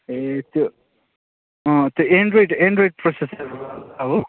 ए त्यो अँ त्यो एन्ड्रोइड एन्ड्रोइड प्रोसेसर वाला हो